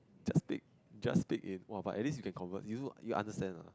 just dig just dig in !wah! but at least you can convert you also you understand ah